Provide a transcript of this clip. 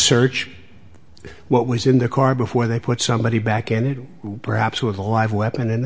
search what was in the car before they put somebody back in perhaps with a live weapon